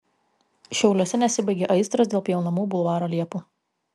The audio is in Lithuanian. šiauliuose nesibaigia aistros dėl pjaunamų bulvaro liepų